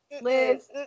Liz